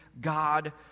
God